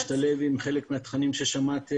אני רוצה להשתלב עם חלק מהתכנים ששמעתם,